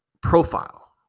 profile